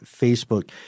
Facebook